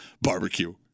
barbecue